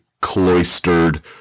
cloistered